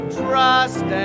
trust